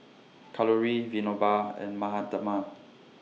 Kalluri Vinoba and Mahatma